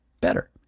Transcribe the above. better